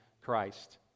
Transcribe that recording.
Christ